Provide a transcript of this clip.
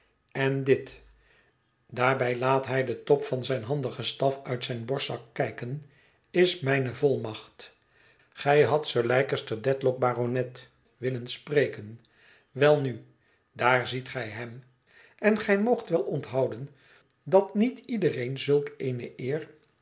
en dit daarbij laat hij den top van zijn handigen staf uit zijn borstzak kijken is mijne volmacht gij hadt sir leicester dedlock baronet willen spreken welnu daar ziet gij hem en gij moogt wel onthouden dat niet iedereen zulk eene eer